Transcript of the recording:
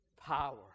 power